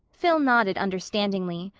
phil nodded understandingly.